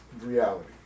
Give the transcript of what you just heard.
reality